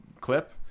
clip